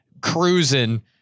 cruising